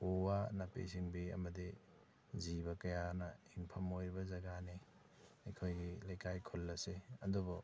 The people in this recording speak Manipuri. ꯎ ꯋꯥ ꯅꯥꯄꯤ ꯁꯤꯡꯕꯤ ꯑꯃꯗꯤ ꯖꯤꯕ ꯀꯌꯥꯅ ꯍꯤꯡꯐꯝ ꯑꯣꯏꯔꯤꯕ ꯖꯒꯥꯅꯤ ꯑꯩꯈꯣꯏꯒꯤ ꯂꯩꯀꯥꯏ ꯈꯨꯜ ꯑꯁꯦ ꯑꯗꯨꯕꯨ